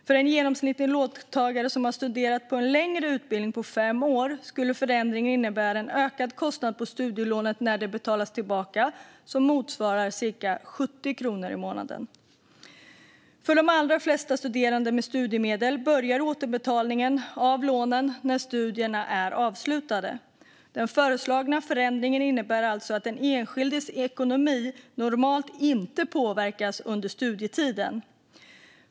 För en genomsnittlig låntagare som studerat på en längre utbildning på fem år skulle förändringen innebära en ökad kostnad motsvarande cirka 70 kronor i månaden när studielånet betalas tillbaka. För de allra flesta studerande med studiemedel börjar återbetalningen av lånen när studierna är avslutade. Den föreslagna förändringen innebär alltså att den enskildes ekonomi normalt inte påverkas under studietiden.